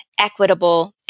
equitable